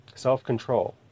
self-control